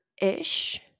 ish